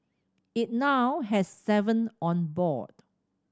it now has seven on board